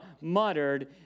muttered